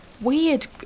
weird